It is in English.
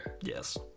Yes